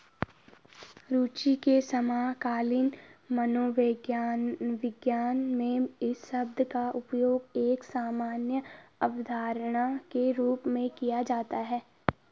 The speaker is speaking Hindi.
रूचि के समकालीन मनोविज्ञान में इस शब्द का उपयोग एक सामान्य अवधारणा के रूप में किया जाता है